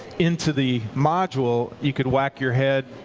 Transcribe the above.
into the module you could whack your head,